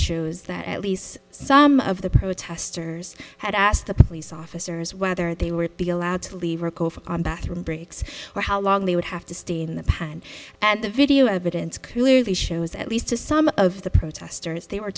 shows that at least some of the protesters had asked the police officers whether they were be allowed to leave bathroom breaks or how long they would have to stay in the pan and the video evidence clearly shows at least to some of the protesters they were